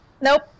Nope